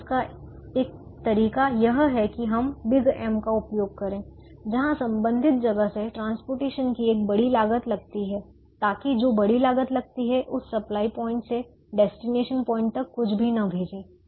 तो उसका एक तरीका यह है कि हम बिग M का उपयोग करें जहां संबंधित जगह से ट्रांसपोर्टेशन की एक बड़ी लागत लगती है ताकि जो बड़ी लागत लगती हैं उस सप्लाई पॉइंट से डेस्टिनेशन प्वाइंट तक कुछ भी न भेजें